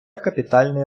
капітальний